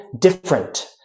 different